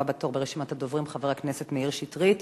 הבא בתור ברשימת הדוברים, חבר הכנסת מאיר שטרית,